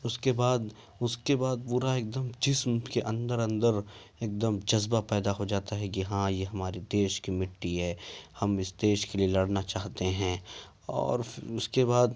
اس کے بعد اس کے بعد پورا ایک دم جسم کے اندر اندر ایک دم جذبہ پیدا ہو جاتا ہے کہ ہاں یہ ہمارے دیش کی مٹّی ہے ہم اس دیش کے لیے لڑنا چاہتے ہیں اور اس کے بعد